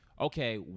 okay